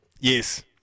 Yes